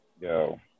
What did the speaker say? Yo